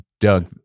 Doug